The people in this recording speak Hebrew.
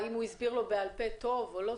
איך את בודקת אם הוא הסביר לו בעל-פה טוב או לא טוב?